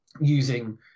using